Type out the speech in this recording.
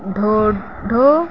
ॾोडो